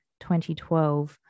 2012